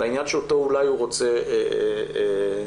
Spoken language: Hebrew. שאותו הוא אולי רוצה לתקוף.